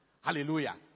Hallelujah